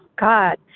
God